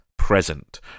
present